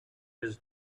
his